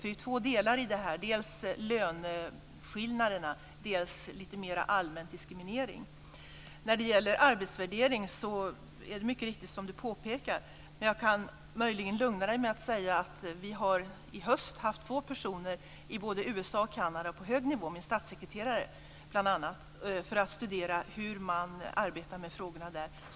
Det är två delar i det här: dels löneskillnaderna, dels lite mera allmän diskriminering. När det gäller arbetsvärdering är det mycket riktigt så som Deirée Pethrus Engström påpekar. Men jag kan möjligen lugna henne med att säga att vi i höst haft två personer på hög nivå, statsekretarare, i USA och Kanada för att studera hur man arbetar med frågorna där.